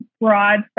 broad